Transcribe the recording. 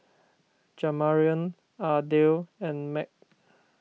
Jamarion Ardell and Meg